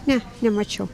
ne nemačiau